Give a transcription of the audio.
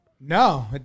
No